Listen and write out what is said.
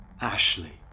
Ashley